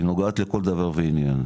היא נוגעת לכל דבר ועניין,